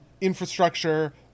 infrastructure